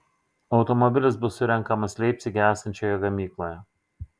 automobilis bus surenkamas leipcige esančioje gamykloje